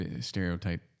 Stereotype